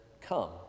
come